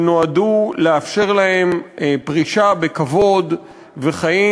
שנועדו לאפשר להם פרישה בכבוד וחיים